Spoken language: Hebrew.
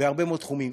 בהרבה מאוד תחומים.